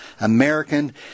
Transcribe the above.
American